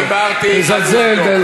מזלזל.